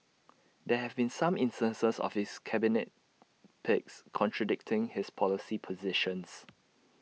there have been some instances of his cabinet picks contradicting his policy positions